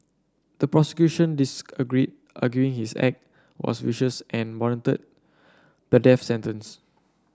the prosecution disagreed arguing his act was vicious and warranted the death sentence